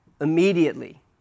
Immediately